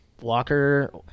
Walker